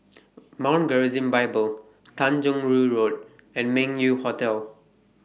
Mount Gerizim Bible Tanjong Rhu Road and Meng Yew Hotel